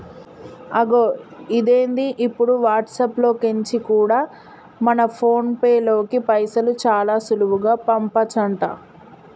అగొ ఇదేంది ఇప్పుడు వాట్సాప్ లో కెంచి కూడా మన ఫోన్ పేలోకి పైసలు చాలా సులువుగా పంపచంట